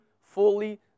fully